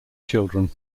children